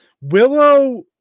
Willow